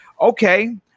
Okay